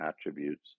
attributes